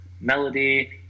melody